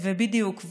בדיוק.